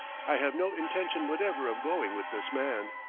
i have no intention whatever of going with this man.